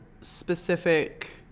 specific